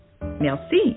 Merci